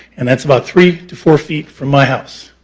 and that's about three to four feet from my house.